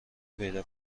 پیدا